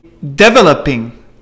Developing